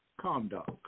conduct